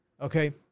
okay